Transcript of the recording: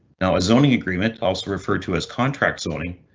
now, a zoning agreement, also referred to as contract zoning,